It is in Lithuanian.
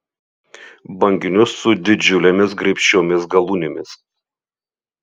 banginius su didžiulėmis graibščiomis galūnėmis